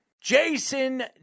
Jason